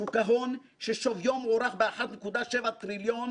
שוק ההון, ששוויו מוערך ב-1.7 טריליון